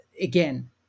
again